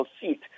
seat